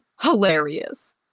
hilarious